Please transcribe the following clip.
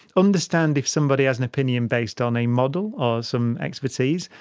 understand if somebody has an opinion based on a model or some expertise,